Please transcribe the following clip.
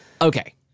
Okay